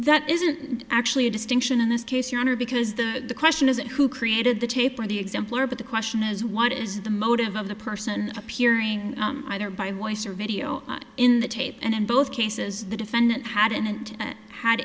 that isn't actually a distinction in this case your honor because the question isn't who created the tape or the exemplar but the question is what is the motive of the person appearing either by weiser video in the tape and in both cases the defendant hadn't had